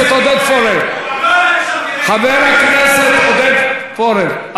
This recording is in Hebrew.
חבר הכנסת עודד פורר.